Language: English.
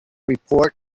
report